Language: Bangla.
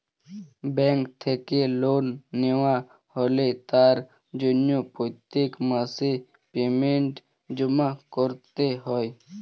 ব্যাঙ্ক থেকে লোন নেওয়া হলে তার জন্য প্রত্যেক মাসে পেমেন্ট জমা করতে হয়